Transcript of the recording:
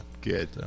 Good